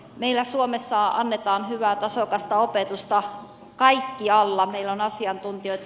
meillä suomessa annetaan hyvää tasokasta opetusta kaikkialla meillä on asiantuntijoita